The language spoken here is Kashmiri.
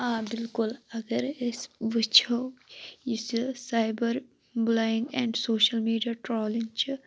آ بِلکُل اَگَرے أسۍ وُچھو یہِ چھِ cyber bullying and social media trolling چھ